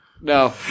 No